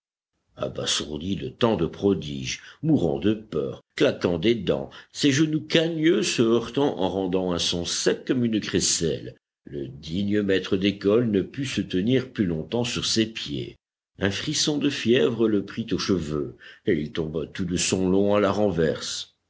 abasourdi de tant de prodiges mourant de peur claquant des dents ses genoux cagneux se heurtant en rendant un son sec comme une crécelle le digne maître d'école ne put se tenir plus longtemps sur ses pieds un frisson de fièvre le prit aux cheveux et il tomba tout de son long à la renverse